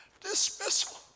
dismissal